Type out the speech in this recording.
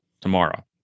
tomorrow